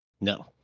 No